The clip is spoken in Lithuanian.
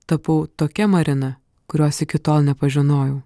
tapau tokia marina kurios iki tol nepažinojau